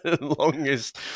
Longest